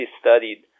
studied